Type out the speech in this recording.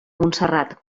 montserrat